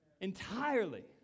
Entirely